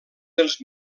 dels